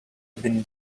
been